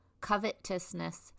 covetousness